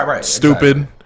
stupid